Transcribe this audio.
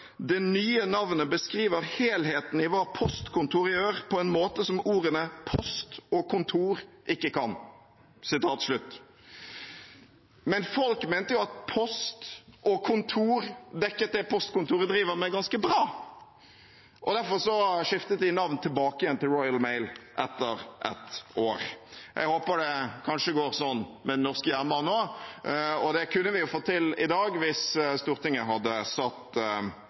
Det nye navnet beskriver helheten i hva postkontoret gjør, på en måte som «post» og «kontor» ikke kan. Men folk mente jo at «post» og «kontor» dekket det postkontoret driver med, ganske bra, og derfor skiftet de navnet tilbake igjen til Royal Mail etter ett år. Jeg håper det kanskje går sånn med den norske jernbane også, og det kunne vi jo fått til i dag hvis Stortinget hadde satt